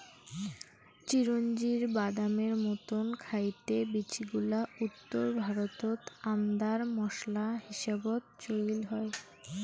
চিরোঞ্জির বাদামের মতন খাইতে বীচিগুলা উত্তর ভারতত আন্দার মোশলা হিসাবত চইল হয়